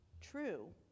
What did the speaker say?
true